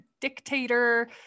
dictator